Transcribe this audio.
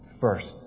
first